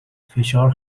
فشار